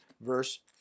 verse